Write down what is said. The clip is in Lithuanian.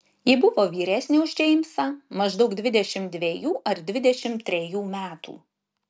ji buvo vyresnė už džeimsą maždaug dvidešimt dvejų ar dvidešimt trejų metų